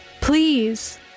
Please